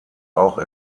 auch